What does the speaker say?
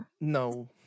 No